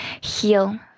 heal